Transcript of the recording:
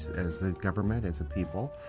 as a government, as a people,